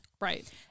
Right